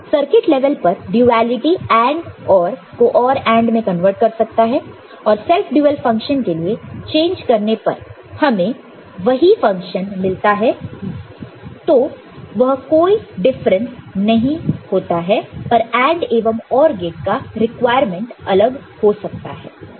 circuit level पर duality AND OR को OR AND में कन्वर्ट कर सकता है और सेल्फ ड्युअ फंक्शन के लिए चेंज करने पर भी हमें वही फंक्शन मिलता है तो वह कोई डिफरेंस नहीं होता है पर AND एवं OR गेट का रिक्वायरमेंट अलग हो सकता है